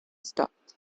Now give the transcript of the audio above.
stopped